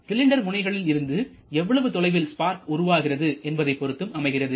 cylinder முனைகளில் இருந்து எவ்வளவு தொலைவில் ஸ்பார்க் உருவாகிறது என்பதைப் பொருத்தும் அமைகிறது